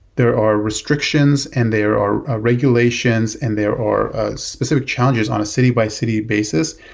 there are restrictions and there are regulations and there are specific challenges on a city-by-city basis.